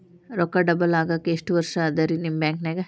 ರೊಕ್ಕ ಡಬಲ್ ಆಗಾಕ ಎಷ್ಟ ವರ್ಷಾ ಅದ ರಿ ನಿಮ್ಮ ಬ್ಯಾಂಕಿನ್ಯಾಗ?